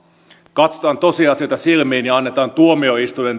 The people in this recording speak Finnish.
katsotaan tosiasioita silmiin ja annetaan tuomioistuimen